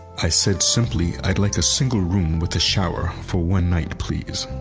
i said simply i'd like a single room with a shower for one night, please.